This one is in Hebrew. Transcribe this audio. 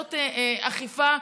לעשות אכיפה.